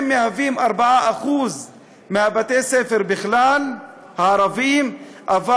הם מהווים 4% מבתי-הספר הערביים בכלל,